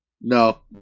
No